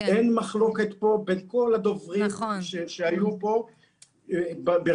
אין מחלוקת בין כל הדוברים שהיו פה לגבי